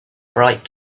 bright